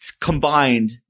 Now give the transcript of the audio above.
Combined